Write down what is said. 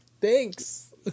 thanks